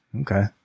Okay